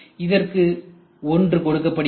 இதற்கு ஒன்று கொடுக்கப்படுகிறது